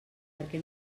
perquè